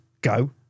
Go